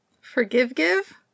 Forgive-give